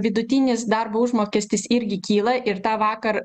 vidutinis darbo užmokestis irgi kyla ir tą vakar